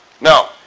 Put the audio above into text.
Now